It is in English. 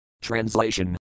Translation